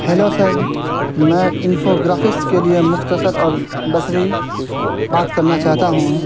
hello sir میں infographics کے لیے مختصر اور بصری بات کرنا چاہتا ہوں